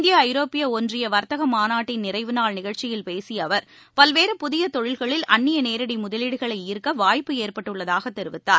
இந்திய ஐரோப்பிய ஒன்றிய வர்த்தக மாநாட்டின் நிறைவுநாள் நிகழ்ச்சியில் பேசிய அவர் பல்வேறு புதிய தொழில்களில் அந்நிய நேரடி முதலீடுகளை ஈர்க்க வாய்ப்பு ஏற்பட்டுள்ளதாக தெரிவித்தார்